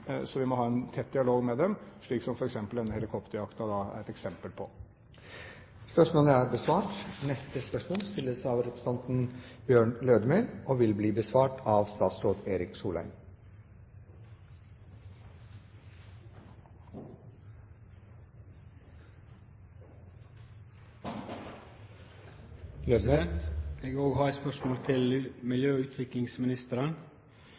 så vi må ha en tett dialog med dem, slik som f.eks. denne helikopterjakten er et eksempel på. Eg har òg eit spørsmål til